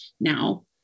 now